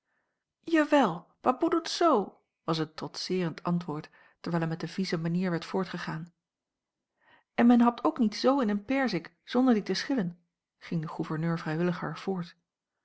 ja wel baboe doet z was het trotseerend antwoord terwijl er met de vieze manier werd voortgegaan en men hapt ook niet z in een perzik zonder die te schillen ging de gouverneur vrijwilliger voort